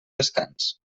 descans